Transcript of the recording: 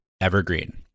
Evergreen